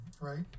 right